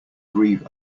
grieve